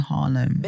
Harlem